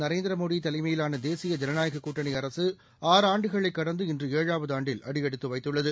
நரேந்திரமோடி தலைமையிலான தேசிய ஜனநாயக கூட்டணி அரசு ஆறு ஆண்டுகளை கடந்து இன்று ஏழாவது ஆண்டில் அடியெடுத்து வைத்துள்ளது